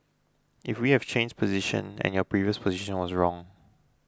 if we have changed position and your previous position was wrong